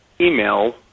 email